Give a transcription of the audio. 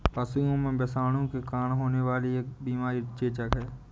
पशुओं में विषाणु के कारण होने वाली एक बीमारी चेचक है